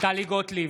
טלי גוטליב,